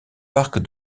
parc